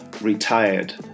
retired